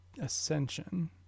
Ascension